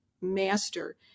master